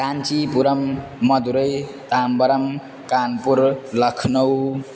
Kanchipuram Madurai Tambaram Kanpur Lucknow